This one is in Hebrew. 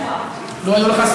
הלאומי?